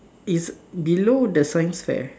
it's below the science fair